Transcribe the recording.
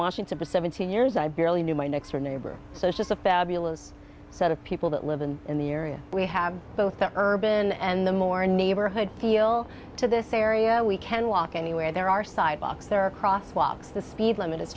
washington for seventeen years i barely knew my next door neighbor so it's just a fabulous set of people that live in the area we have both the urban and the more neighborhood feel to this area we can walk anywhere there are sidewalks there are crosswalks the speed limit is